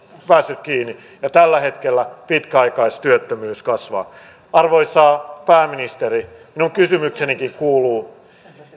päässeet kiinni ja tällä hetkellä pitkäaikaistyöttömyys kasvaa arvoisa pääministeri minun kysymyksenikin kuuluu